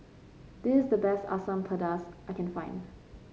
this is the best Asam Pedas I can't find